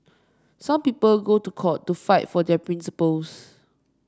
some people go to court to fight for their principles